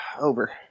over